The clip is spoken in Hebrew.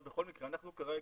בכל מקרה אנחנו כרגע,